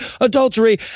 adultery